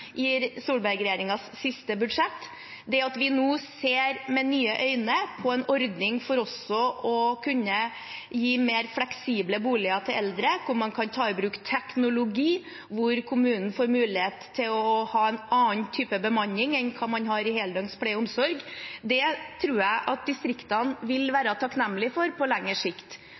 i Solberg-regjeringens siste budsjett. Det at vi nå ser med nye øyne på en ordning for å kunne gi mer fleksible boliger til eldre, der man kan ta i bruk teknologi, der kommunen får mulighet til å ha en annen type bemanning enn det man har i heldøgns pleie og omsorg, tror jeg at distriktene vil være takknemlig for på lengre sikt.